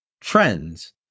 trends